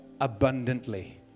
abundantly